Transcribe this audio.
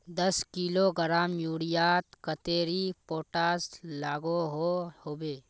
दस किलोग्राम यूरियात कतेरी पोटास लागोहो होबे?